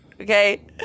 Okay